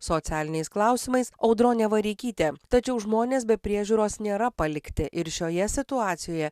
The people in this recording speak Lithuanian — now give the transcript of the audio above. socialiniais klausimais audronė vareikytė tačiau žmonės be priežiūros nėra palikti ir šioje situacijoje